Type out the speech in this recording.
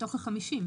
מתוך ה-50.